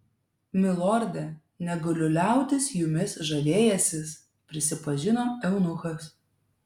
milorde negaliu liautis jumis žavėjęsis prisipažino eunuchas